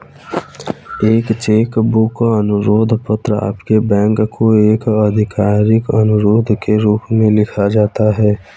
एक cheque book अनुरोध पत्र आपके बैंक को एक आधिकारिक अनुरोध के रूप में लिखा जाता है